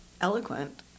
eloquent